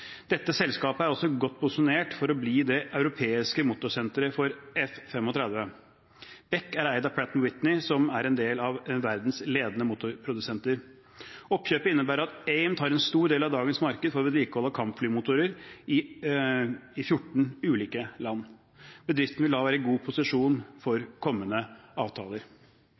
Dette selskapet er også godt posisjonert for å bli det europeiske motorsenteret for F-35. BEC er eid av Pratt & Whitney, som er en av verdens ledende motorprodusenter. Oppkjøpet innebærer at AIM tar en stor del av dagens marked for vedlikehold av kampflymotorer i 14 ulike land. Bedriften vil da være i god posisjon for kommende avtaler.